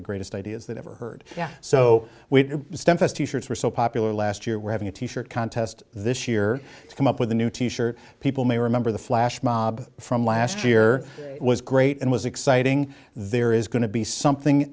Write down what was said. the greatest ideas that ever heard so we were so popular last year we're having to shirt contest this year to come up with a new t shirt people may remember the flash mob from last year was great and was exciting there is going to be something